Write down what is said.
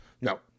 No